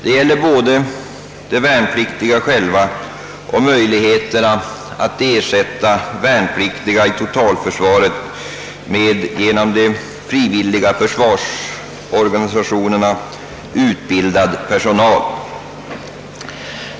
Det gäller både de värnpliktiga själva och möjligheterna att ersätta värnpliktiga i totalförsvaret med genom de frivilliga försvarsorganisationerna utbildad personal.